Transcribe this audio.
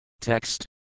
Text